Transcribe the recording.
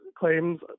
claims